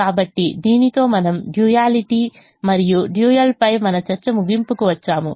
కాబట్టి దీనితో మనము డ్యూయలిటీ మరియు డ్యూయల్ పై మన చర్చ ముగింపుకు వచ్చాము